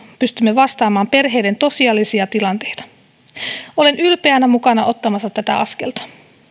pystymme vastaamaan perheiden tosiasiallisiin tilanteisiin olen ylpeänä mukana ottamassa tätä askelta